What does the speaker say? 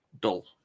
dull